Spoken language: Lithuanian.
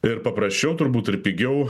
ir paprasčiau turbūt ir pigiau